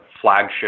flagship